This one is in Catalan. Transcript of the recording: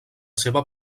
seva